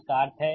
इसका अर्थ है